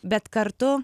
bet kartu